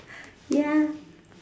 ya